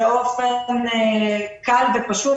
באופן קל ופשוט,